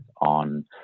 on